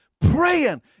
praying